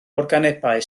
organebau